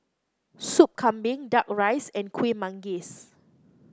Soup Kambing duck rice and Kuih Manggis